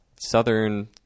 Southern